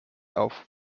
auf